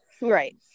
Right